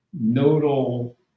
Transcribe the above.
nodal